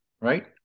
right